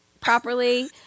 properly